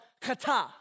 kata